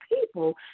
people